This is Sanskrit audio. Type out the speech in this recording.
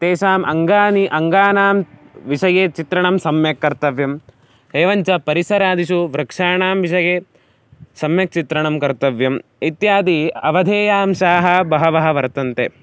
तेषाम् अङ्गानि अङ्गानां विषये चित्रणं सम्यक् कर्तव्यम् एवञ्च परिसरादिषु वृक्षाणां विषये सम्यक् चित्रणं कर्तव्यम् इत्यादयः अवधेयांशाः बहवः वर्तन्ते